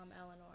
Eleanor